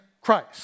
Christ